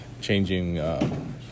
changing